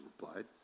replied